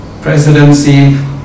presidency